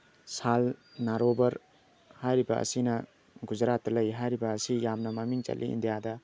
ꯁꯥꯜꯅꯥꯔꯣꯕꯔ ꯍꯥꯏꯔꯤꯕ ꯑꯁꯤꯅ ꯒꯨꯖꯔꯥꯠꯇ ꯂꯩ ꯍꯥꯏꯔꯤꯕ ꯑꯁꯤ ꯌꯥꯝꯅ ꯃꯃꯤꯡ ꯆꯠꯂꯤ ꯏꯟꯗꯤꯌꯥꯗ